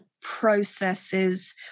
processes